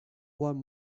one